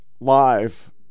live